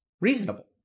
reasonable